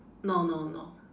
no no no